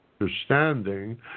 understanding